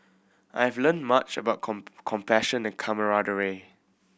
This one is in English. I've learned much about compassion and camaraderie